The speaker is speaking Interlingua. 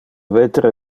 vetere